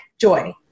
joy